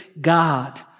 God